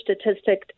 statistic